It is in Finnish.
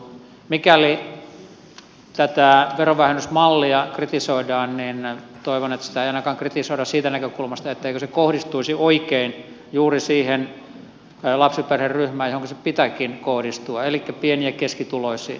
mikäli tätä verovähennysmallia kritisoidaan niin toivon että sitä ei kritisoida ainakaan siitä näkökulmasta etteikö se kohdistuisi oikein juuri siihen lapsiperheryhmään johonka sen pitääkin kohdistua elikkä pieni ja keskituloisiin